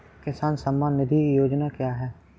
किसान सम्मान निधि योजना क्या है?